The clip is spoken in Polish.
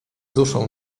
duszą